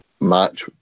match